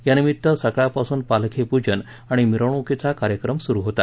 या निमित्त सकाळपासून पालखीपूजन आणि मिरवणूकीचा कार्यक्रम सुरू होता